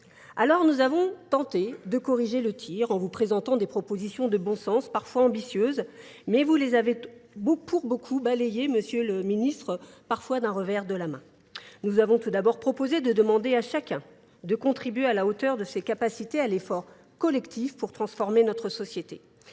Alors, nous avons tenté de corriger le tir en vous présentant des propositions de bon sens, parfois ambitieuses, mais vous les avez pour beaucoup balayées, monsieur le ministre, parfois d'un revers de la main. Nous avons tout d'abord proposé de demander à chacun de contribuer à la hauteur de ses capacités à l'effort collectif pour transformer notre société.